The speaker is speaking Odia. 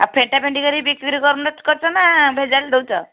ଆଉ ଫେଣ୍ଟାଫେଣ୍ଟି କରିକି ବିକ୍ରି କରନୁ କରୁଛ ନା ଭେଜାଲ ଦେଉଛ